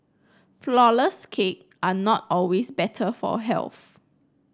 flourless cake are not always better for health